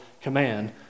command